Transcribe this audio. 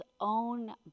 own